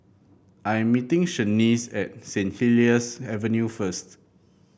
I am meeting Shaniece at Saint Helier's Avenue first